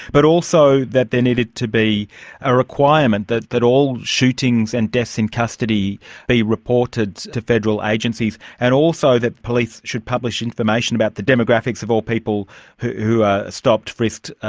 but also that there needed to be a requirement that that all shootings and deaths in custody be reported to federal agencies, and also that police should publish information about the demographics of all people who are stopped, frisked,